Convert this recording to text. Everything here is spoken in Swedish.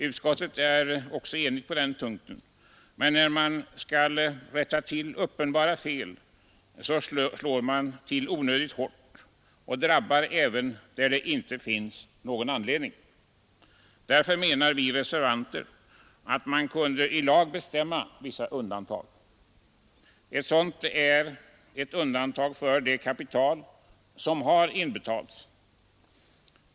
Utskottet är också enigt på den punkten, men när man skall rätta till uppenbara fel, så slår man till onödigt hårt, och det drabbar även fall där det inte finns någon anledning för åtgärden. Därför menar vi reservanter att man kunde i lag bestämma vissa undantag. Ett sådant är ett undantag för det kapital som har inbetalats.